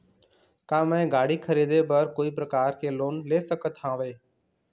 का मैं गाड़ी खरीदे बर कोई प्रकार के लोन ले सकत हावे?